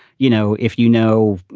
you know, if, you know,